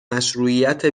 مشروعیت